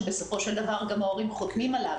שבסופו של דבר גם ההורים חותמים עליו